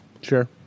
Sure